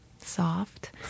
soft